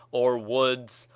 or woods,